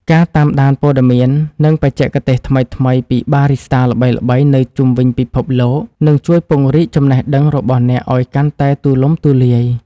ការតាមដានព័ត៌មាន និងបច្ចេកទេសថ្មីៗពីបារីស្តាល្បីៗនៅជុំវិញពិភពលោក នឹងជួយពង្រីកចំណេះដឹងរបស់អ្នកឱ្យកាន់តែទូលំទូលាយ។